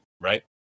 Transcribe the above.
right